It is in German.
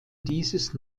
dieses